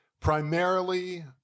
Primarily